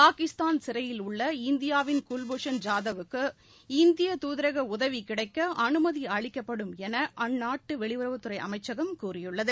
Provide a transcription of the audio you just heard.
பாகிஸ்தான் சிறையில் உள்ள இந்தியாவின் குல்பூஷன் ஐாதவ்க்கு இந்தியதூதரகஉதவிகிடைக்கஅனுமதிஅளிக்கப்படும் எனஅந்நாட்டுவெளியுறவுத்துறைஅமைச்சும் கூறியுள்ளது